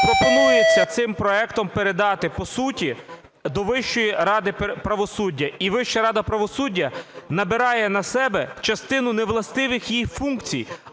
пропонується цим проектом передати, по суті, до Вищої ради правосуддя? І Вища рада правосуддя набирає на себе частину невластивих їй функцій,